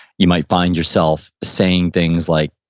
you might find yourself saying things like,